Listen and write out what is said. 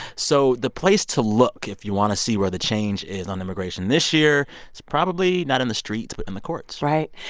so the place to look, if you want to see where the change is on immigration this year, is probably not in the streets but in the courts right,